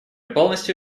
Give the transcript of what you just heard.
полностью